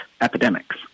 epidemics